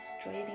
straight